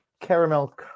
caramel